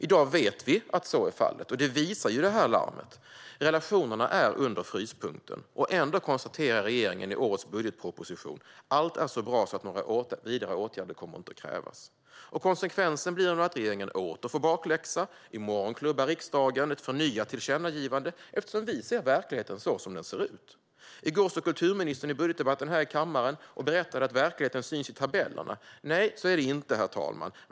I dag vet vi att så är fallet, och det visar också larmet. Relationerna är under fryspunkten. Ändå konstaterar regeringen i årets budgetproposition att allt är så bra att några vidare åtgärder inte kommer att krävas. Konsekvensen blir att regeringen nu åter får bakläxa. I morgon klubbar riksdagen ett förnyat tillkännagivande eftersom vi ser verkligheten så som den ser ut. I går stod kulturministern här i kammaren i budgetdebatten och berättade att verkligheten syns i tabellerna. Nej, så är det inte, herr talman.